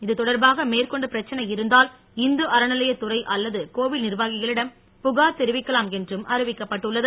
இதுதொடர் பாக மேற்கொண்டு பிரச்சனை இருந்தால் இந்து அற நிலைய துறை அல்லது கோ வி ல் நி ர் வா இக ளிட ம் புகா ர் தெ ரி வி க்கலா ம் என்று ம் அறி விக்க ப்ப ட்டுள்ளது